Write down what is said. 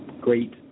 great